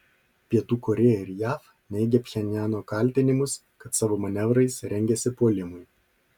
pietų korėja ir jav neigia pchenjano kaltinimus kad savo manevrais rengiasi puolimui